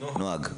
נוהג.